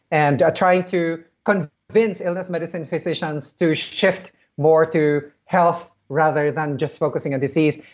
and trying to kind of convince illness medicine physicians to shift more to health rather than just focusing on disease,